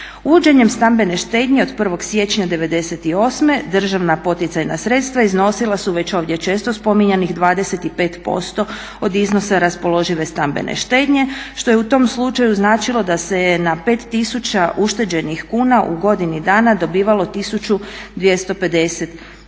Uvođenjem stambene štednje od 1. siječnja '98. državna poticajna sredstva iznosila su već ovdje često spominjanih 25% od iznosa raspoložive stambene štednje što je u tom slučaju značilo da se je na 5000 ušteđenih kuna u godinu dana dobivalo 1250 kuna